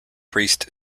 priest